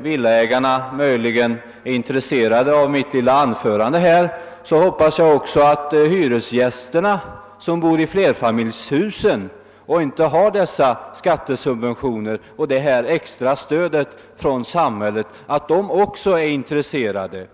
villaägarna möjligen är intresserade av mitt lilla anförande här, hoppas jag att också hyresgästerna, som bor i flerfamiljshusen och som inte har dessa skattesubventioner och detta extra stöd från samhället, är intresserade.